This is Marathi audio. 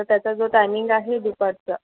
तर त्याचा जो टायमिंग आहे दुपारचा